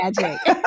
Magic